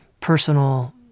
personal